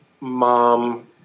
mom